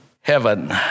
heaven